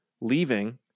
leaving